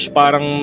Parang